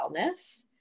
wellness